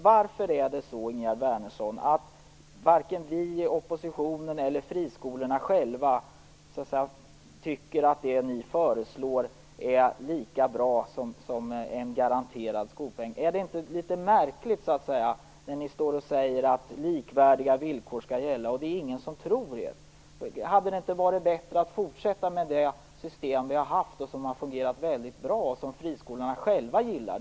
Varför, Ingegerd Wärnersson, är det så att varken vi i oppositionen eller friskolorna själva tycker att det ni föreslår är lika bra som en garanterad skolpeng? Är det inte litet märkligt att ingen tror er när ni står och säger att likvärdiga villkor skall gälla? Hade det inte varit bättre att fortsätta med det system vi har haft, som har fungerat väldigt bra och friskolorna själva gillar?